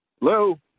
Hello